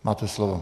Máte slovo.